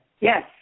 Yes